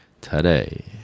today